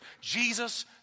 Jesus